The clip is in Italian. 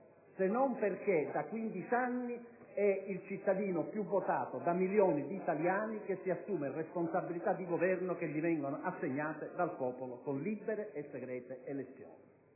se non perché da quindici anni è il cittadino più votato da milioni di italiani, e si assume responsabilità di governo che gli vengono assegnate dal popolo con libere e segrete elezioni.